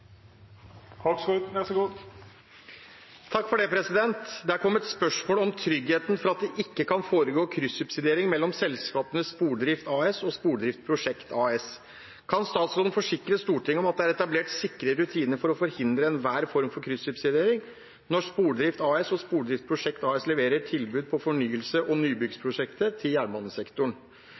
om tryggheten for at det ikke kan foregå kryssubsidiering mellom selskapene Spordrift AS og Spordrift Prosjekt AS. Kan statsråden forsikre Stortinget om at det er etablert sikre rutiner for å forhindre enhver form for kryssubsidiering når Spordrift AS og Spordrift Prosjekt AS leverer tilbud på fornyelse- og nybyggprosjekter til jernbanesektoren,